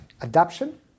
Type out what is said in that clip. adaption